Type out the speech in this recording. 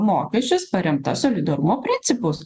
mokesčius paremta solidarumo principus